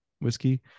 whiskey